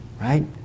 right